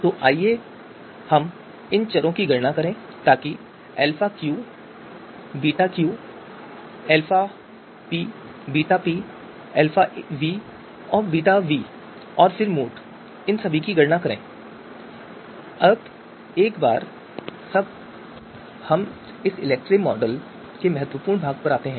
तो आइए हम इन चरों की गणना करें ताकि अल्फा qबीटा q अल्फा p बीटा pअल्फा v बीटा v और फिर मोड अब एक बार यह सब भाग हो जाने के बाद हम इस इलेक्ट्री मॉडलिंग के महत्वपूर्ण भाग पर आते हैं